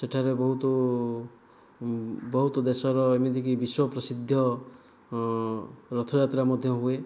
ସେଠାରେ ବହୁତ ବହୁତ ଦେଶର ଏମିତିକି ବିଶ୍ୱ ପ୍ରସିଦ୍ଧ ରଥଯାତ୍ରା ମଧ୍ୟ ହୁଏ